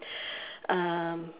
um